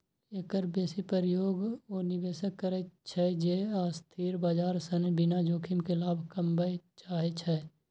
एकर बेसी प्रयोग ओ निवेशक करै छै, जे अस्थिर बाजार सं बिना जोखिम के लाभ कमबय चाहै छै